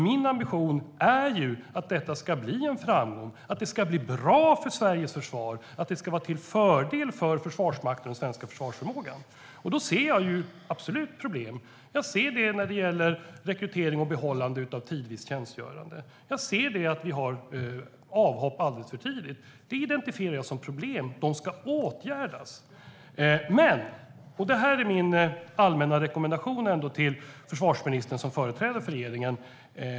Min ambition är att det ska bli en framgång, att det ska bli bra för Sveriges försvar, att det ska vara till fördel för Försvarsmakten och den svenska försvarsförmågan. Jag ser absolut problem. Jag ser det vad gäller rekrytering och behållande av tidvis tjänstgörande. Jag ser att vi har avhopp alldeles för tidigt. Det identifierar jag som problem, och de ska åtgärdas. Men låt mig komma med en allmän rekommendation till försvarsministern som företrädare för regeringen.